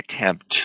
attempt